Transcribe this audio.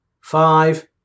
Five